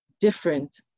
different